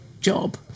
job